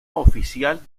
oficial